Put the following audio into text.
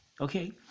Okay